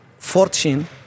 Fortune